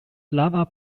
flava